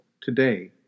today